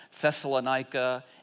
Thessalonica